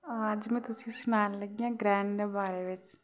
हां अज्ज में तुसें सनान लग्गी आं ग्रैहन दे बारे बिच्च